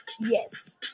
Yes